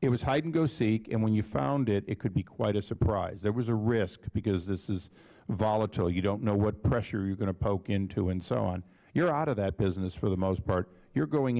it was hideandgoseek and then when you found it it could be quite a surprise there was a risk because this is volatile you don't know what pressure you're going to poke into and so on you're out of that business for the most part you're going